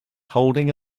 holding